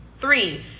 Three